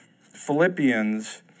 Philippians